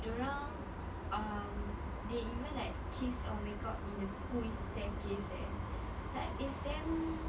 dorang um they even like kiss or make out in the school staircase eh like it's damn